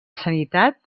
sanitat